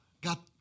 Got